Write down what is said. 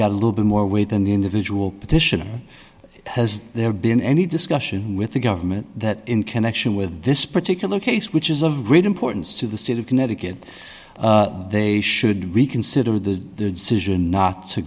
got a little bit more weight than the individual petition has there been any discussion with the government that in connection with this particular case which is of great importance to the state of connecticut they should reconsider the situation not to